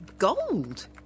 Gold